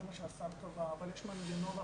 זה מה שהשר קבע אבל יש מנגנון החרגות.